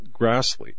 Grassley